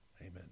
amen